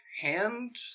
hand